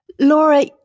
Laura